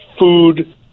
food